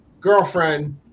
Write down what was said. girlfriend